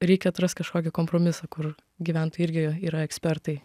reikia atrast kažkokį kompromisą kur gyventojai irgi yra ekspertai